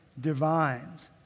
Divines